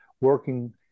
working